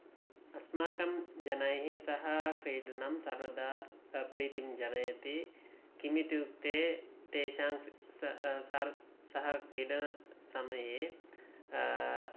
अस्माकं जनैः सह क्रीडनं सर्वदा प्रीतिं जनयति किम् इत्युक्ते तेषां सार् सह क्रीडासमये